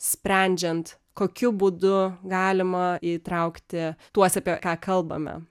sprendžiant kokiu būdu galima įtraukti tuos apie ką kalbame